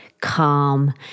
calm